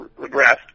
regressed